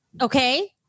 okay